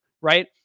right